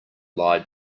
lied